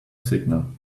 signal